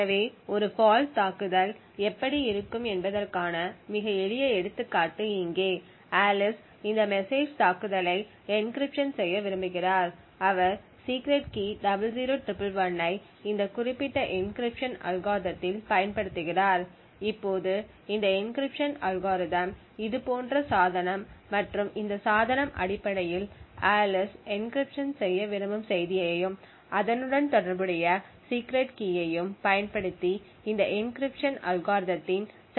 எனவே ஒரு ஃபால்ட் தாக்குதல் எப்படி இருக்கும் என்பதற்கான மிக எளிய எடுத்துக்காட்டு இங்கே ஆலிஸ் இந்த மெசேஜ் தாக்குதலை என்கிரிப்ஷன் செய்ய விரும்புகிறார் அவர் சீக்ரெட் கீ 00111 ஐ இந்த குறிப்பிட்ட என்கிரிப்ஷன் அல்காரிதத்தில் பயன்படுத்துகிறார் இப்போது இந்த என்கிரிப்ஷன் அல்காரிதம் இது போன்ற சாதனம் மற்றும் இந்த சாதனம் அடிப்படையில் ஆலிஸ் என்கிரிப்ஷன் செய்ய விரும்பும் செய்தியையும் அதனுடன் தொடர்புடைய சீக்ரெட் கீயை யும் பயன்படுத்தி இந்த என்கிரிப்ஷன் அல்காரிதத்தின் செயல்பாட்டிற்கு அனுப்பும்